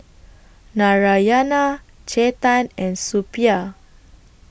Narayana Chetan and Suppiah